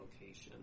location